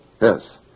Yes